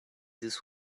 this